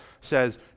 says